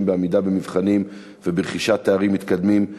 בעמידה במבחנים וברכישת תארים מתקדמים,